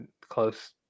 Close